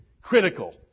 critical